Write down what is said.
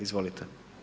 Izvolite.